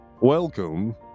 Welcome